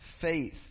Faith